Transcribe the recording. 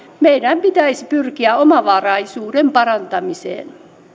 meidän pitäisi pyrkiä omavaraisuuden parantamiseen